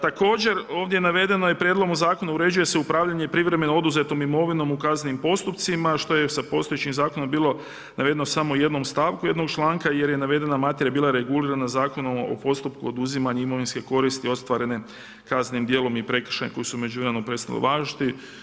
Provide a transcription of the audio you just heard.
Također ovdje je navedeno prijedlogom zakona uređuje se upravljanje privremeno oduzetom imovinu u kaznenim postupcima što je sa postojećim zakonom bilo navedeno samo u jednom stavku jednog članka jer je navedena materija bila regulirana Zakonom o postupku oduzimanja imovinske koristi ostvarene kaznenim djelom i prekršajem koji su u međuvremenu prestali važiti.